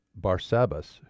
barsabbas